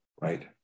right